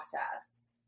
process